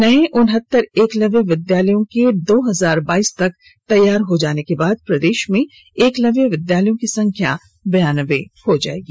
नए उनहतर एकलव्य विधालयों के दो हजार बाईस तक तैयार हो जाने के बाद प्रदेश में एकलव्य विधालयों की संख्या बिरानबे हो जाएगी